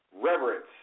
reverence